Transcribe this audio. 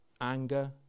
anger